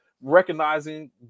recognizing